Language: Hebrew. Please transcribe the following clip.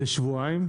שבועיים.